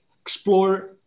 explore